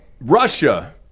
Russia